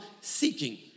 seeking